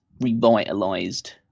revitalized